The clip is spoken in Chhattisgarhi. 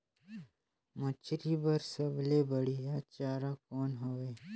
मछरी बर सबले बढ़िया चारा कौन हवय?